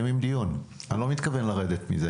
אני לא מתכוון לרדת מזה